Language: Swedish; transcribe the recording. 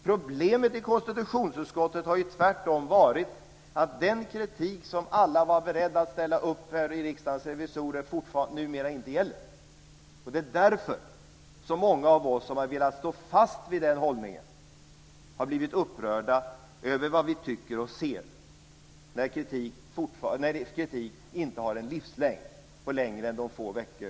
Problemet i konstitutionsutskottet har varit att den kritik som alla i Riksdagens revisorer var beredda att ställa upp för numera inte gäller. Det är därför som många av oss som har velat stå fast vid den hållningen har blivit upprörda över vad vi ser, när kritik inte har en längre livslängd än några få veckor.